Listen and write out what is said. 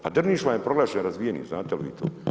Pa Drniš vam je proglašen razvijenim, znate li vi to?